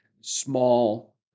small